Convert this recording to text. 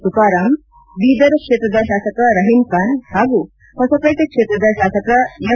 ತುಕಾರಾಂ ಬೀದರ್ ಕ್ಷೇತ್ರದ ಶಾಸಕ ರಹೀಂ ಖಾನ್ ಹಾಗೂ ಹೊಸಕೋಟೆ ಕ್ಷೇತ್ರದ ಶಾಸಕ ಎಂ